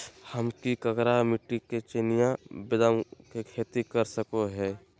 हम की करका मिट्टी में चिनिया बेदाम के खेती कर सको है?